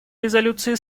резолюции